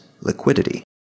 liquidity